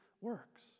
works